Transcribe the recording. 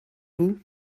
vous